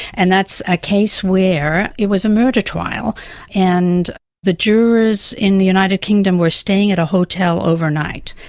and that's a case where it was a murder trial and the jurors in the united kingdom were staying at a hotel overnight,